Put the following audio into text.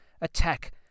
attack